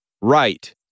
right